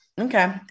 Okay